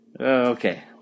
Okay